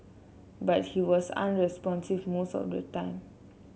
but he was unresponsive most of the time